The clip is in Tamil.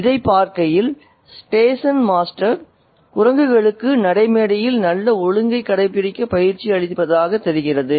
அதைப் பார்க்கையில் ஸ்டேஷன் மாஸ்டர் குரங்குகளுக்கு நடைமேடையில் நல்ல ஒழுங்கை கடைபிடிக்க பயிற்சி அளித்ததாகத் தெரிகிறது